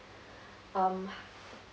um